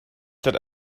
that